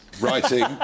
writing